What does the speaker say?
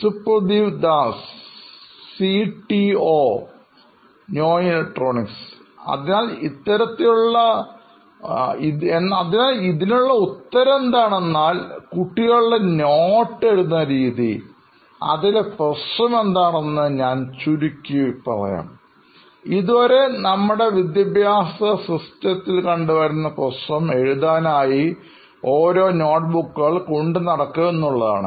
സുപ്രതിവ് Das C T O നോയിൻ electronics അതിനാൽ ഇതിനുള്ള ഉത്തരം എന്തെന്നാൽ കുട്ടികളുടെ നോട്ട് എഴുതുന്ന രീതി അതിലെ പ്രശ്നം എന്താണെന്ന് ഞാൻ പറയാം ഇതുവരെ നമ്മുടെ വിദ്യാഭ്യാസ സമ്പ്രദായത്തിൽ കണ്ടുവരുന്ന പ്രശ്നം എഴുതാനായി ഓരോ നോട്ടുബുക്കുകൾ കൊണ്ട് നടക്കുക എന്നുള്ളതാണ്